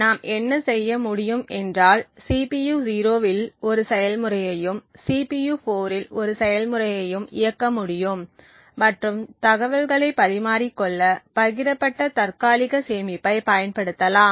நாம் என்ன செய்ய முடியும் என்றால் CPU 0 இல் ஒரு செயல்முறையையும் CPU 4 இல் ஒரு செயல்முறையையும் இயக்க முடியும் மற்றும் தகவல்களைப் பரிமாறிக் கொள்ள பகிரப்பட்ட தற்காலிக சேமிப்பைப் பயன்படுத்தலாம்